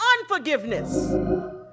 unforgiveness